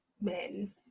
men